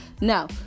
No